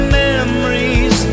memories